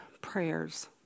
prayers